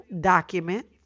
document